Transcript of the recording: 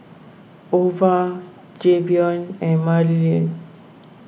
Ova Jayvion and Marylin